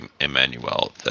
Emmanuel